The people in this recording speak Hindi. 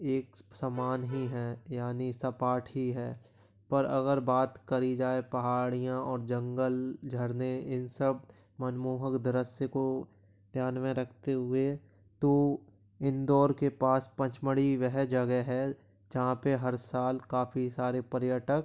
एक समान ही हैं यानि सपाट ही है पर अगर बात करी जाए पहाड़ियाँ और जंगल झरने इन सब मनमोहक दृश्य को ध्यान में रखते हुए तो इंदौर के पास पंचमढ़ी वह जगह है जहाँ पर हर साल काफी सारे पर्यटक